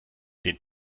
den